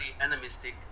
animistic